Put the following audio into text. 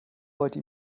wollte